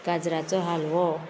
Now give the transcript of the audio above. गाजराचो हालवो